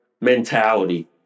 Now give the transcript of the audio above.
mentality